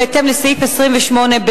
בהתאם לסעיף 28(ב).